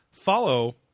Follow